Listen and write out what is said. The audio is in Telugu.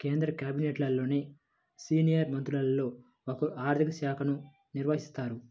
కేంద్ర క్యాబినెట్లోని సీనియర్ మంత్రుల్లో ఒకరు ఆర్ధిక శాఖను నిర్వహిస్తారు